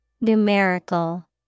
Numerical